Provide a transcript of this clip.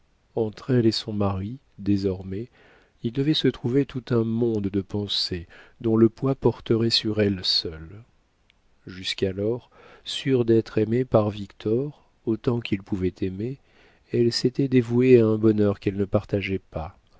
entre elle et son mari désormais il devait se trouver tout un monde de pensées dont le poids porterait sur elle seule jusqu'alors sûre d'être aimée par victor autant qu'il pouvait aimer elle s'était dévouée à un bonheur qu'elle ne partageait pas